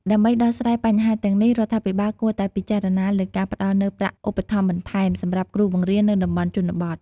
ដើម្បីដោះស្រាយបញ្ហាទាំងនេះ រដ្ឋាភិបាលគួរតែពិចារណាលើការផ្តល់នូវ ប្រាក់ឧបត្ថម្ភបន្ថែម សម្រាប់គ្រូបង្រៀននៅតំបន់ជនបទ។